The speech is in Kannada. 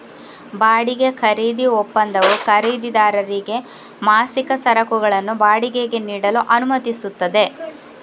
ಬಾಡಿಗೆ ಖರೀದಿ ಒಪ್ಪಂದವು ಖರೀದಿದಾರರಿಗೆ ಮಾಸಿಕ ಸರಕುಗಳನ್ನು ಬಾಡಿಗೆಗೆ ನೀಡಲು ಅನುಮತಿಸುತ್ತದೆ